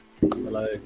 Hello